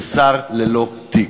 של שר ללא תיק.